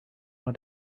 want